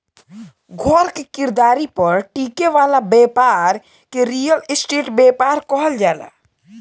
घर के खरीदारी पर टिके वाला ब्यपार के रियल स्टेट ब्यपार कहल जाला